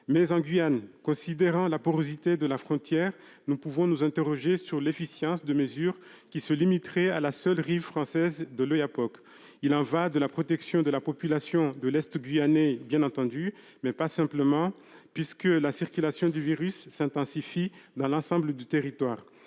Mais en Guyane, considérant la porosité de la frontière, nous pouvons nous interroger sur l'efficience de mesures qui se limiteraient à la seule rive française de l'Oyapock. Il y va de la protection de la population de l'Est guyanais, bien entendu, mais pas seulement, puisque la circulation du virus s'intensifie dans l'ensemble du territoire.